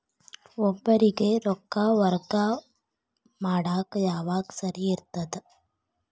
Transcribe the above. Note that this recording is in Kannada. ಒಬ್ಬರಿಗ ರೊಕ್ಕ ವರ್ಗಾ ಮಾಡಾಕ್ ಯಾವಾಗ ಸರಿ ಇರ್ತದ್?